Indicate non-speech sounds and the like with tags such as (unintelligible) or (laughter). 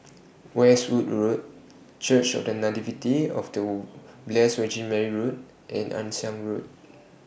Westwood Road Church of The Nativity of (unintelligible) Blessed Virgin Mary Road and Ann Siang Road